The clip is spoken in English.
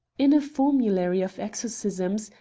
in a formulary of exorcisms,